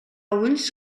ulls